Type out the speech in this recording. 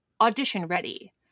audition-ready